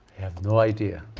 have no idea.